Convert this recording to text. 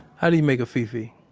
how do you make a fi-fi?